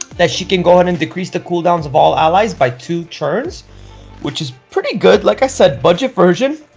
that she can go ahead and decrease the cooldowns of all allies by two turns which is pretty good. like i said, budget version.